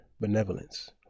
benevolence